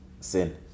sin